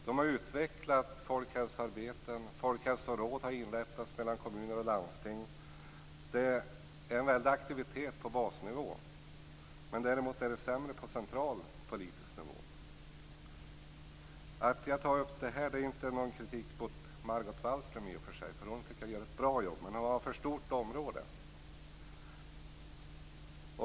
De har utvecklat arbetstillfällen som rör folkhälsa, folkhälsoråd har inrättats mellan kommuner och landsting. Det är en väldig aktivitet på basnivå. Däremot är det sämre på central politisk nivå. Att jag tar upp denna fråga utgör inte någon kritik mot Margot Wallström. Jag tycker att hon gör ett bra jobb. Men hon har ett för stort område.